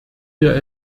wir